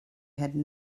had